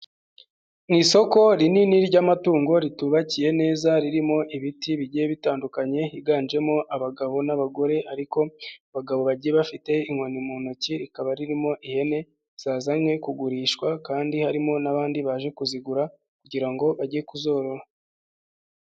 Ni isoko rinini ry'amatungo ritubakiye neza, ririmo ibiti bigiye bitandukanye, higanjemo abagabo n'abagore, ariko abagabo bagiye bafite inkoni mu ntoki, rikaba ririmo ihene zazanywe kugurishwa kandi harimo n'abandi baje kuzigura kugira ngo bajye kuzorora.